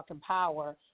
power